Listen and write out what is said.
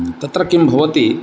तत्र किं भवति